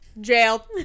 Jail